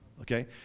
Okay